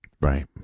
Right